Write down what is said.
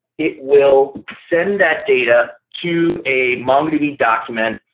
it will send that data to a mongodb document.